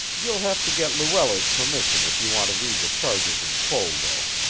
you'll have to get luella's permission if you want to read the charges in full, though.